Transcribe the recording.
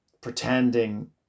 Pretending